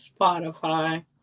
Spotify